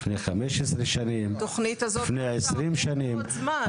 לפני 15 שנים, לפני 20 שנים.